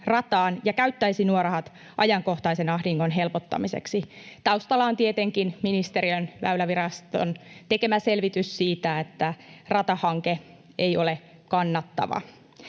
ja käyttäisi nuo rahat ajankohtaisen ahdingon helpottamiseksi. Taustalla on tietenkin ministeriön Väyläviraston tekemä selvitys siitä, että ratahanke ei ole kannattava.